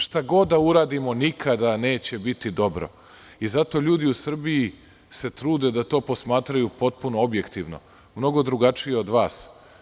Šta god da uradimo, nikada neće biti dobro i zato se ljudi u Srbiji trude da to posmatraju potpuno objektivno, mnogo drugačije od vas.